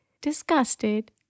disgusted